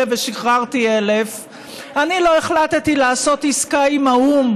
ושחררתי 1,000. אני לא החלטתי לעשות עסקה עם האו"ם,